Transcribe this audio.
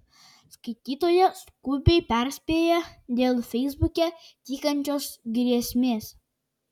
skaitytoja skubiai perspėja dėl feisbuke tykančios grėsmės